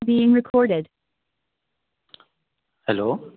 being recorded hello